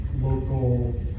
local